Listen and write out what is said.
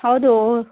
ಹೌದು